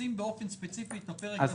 לשים באופן ספציפי את הפרק הזה על משאבי הטבע.